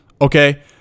Okay